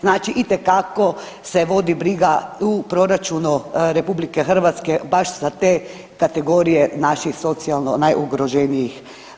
Znači itekako se vodi briga u proračunu RH baš za te kategorije naših socijalno najugroženijih.